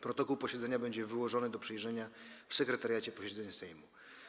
Protokół posiedzenia będzie wyłożony do przejrzenia w Sekretariacie Posiedzeń Sejmu.